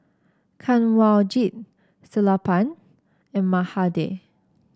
Kanwaljit Sellapan and Mahade